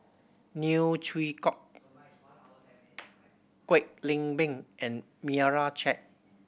Neo Chwee Kok Kwek Leng Beng and Meira Chand